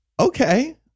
Okay